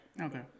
Okay